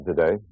today